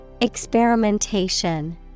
Experimentation